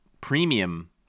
premium